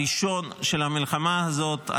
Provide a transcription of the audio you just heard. מיטוט שלטון חמאס היה היעד הראשון של המלחמה הזאת.